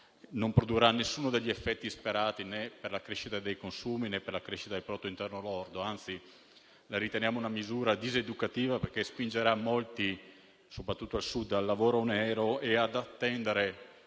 non produrrà alcuno degli effetti sperati, per la crescita né dei consumi né del prodotto interno lordo; anzi, la riteniamo una misura diseducativa perché spingerà molti, soprattutto al Sud, al lavoro nero e ad attendere